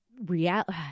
reality